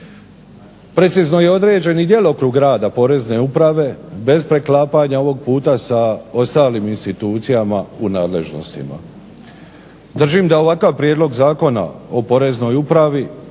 Precizno je određen i djelokrug rada Porezne uprave, bez preklapanja ovog puta sa ostalim institucijama u nadležnostima. Držim da ovakav Prijedlog zakona o Poreznoj upravi